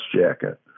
jacket